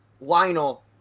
Lionel